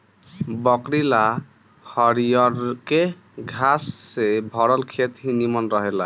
बकरी ला हरियरके घास से भरल खेत ही निमन रहेला